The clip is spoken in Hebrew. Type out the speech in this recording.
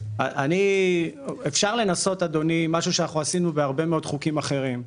אני אפשר לנסות אדוני משהו שאנחנו עשינו בהרבה מאוד חוקים אחרים,